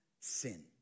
sin